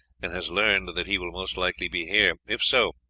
and has learned that he will most likely be here. if so,